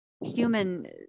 human